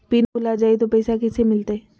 Pin भूला जाई तो पैसा कैसे मिलते?